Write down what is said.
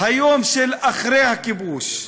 היום שאחרי הכיבוש,